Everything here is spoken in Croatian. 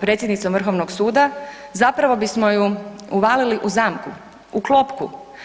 predsjednicom Vrhovnog suda, zapravo bismo ju uvalili u zamku, u klopku.